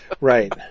Right